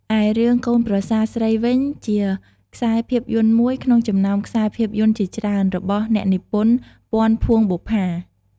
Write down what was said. ឯរឿងកូនប្រសាស្រីវិញ ជាខ្សែភាពយន្តមួយ ក្នុងចំណោមខ្សែភាពយន្តជាច្រើន របស់អ្នកនិពន្ធ ពាន់ ភួងបុប្ផា ។